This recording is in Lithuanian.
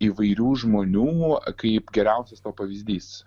įvairių žmonių kaip geriausias to pavyzdys